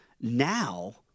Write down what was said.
Now